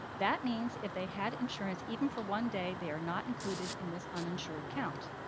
that means if they had insurance, even for one day, they are not included in this uninsured count.